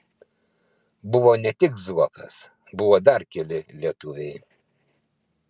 buvo ne tik zuokas buvo dar keli lietuviai